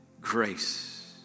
grace